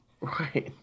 Right